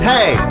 Hey